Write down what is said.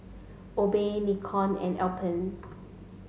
Obey Nikon and Alpen